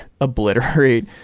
obliterate